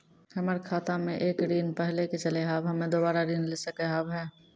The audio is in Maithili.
हमर खाता मे एक ऋण पहले के चले हाव हम्मे दोबारा ऋण ले सके हाव हे?